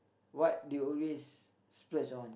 what do you always splurge on